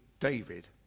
David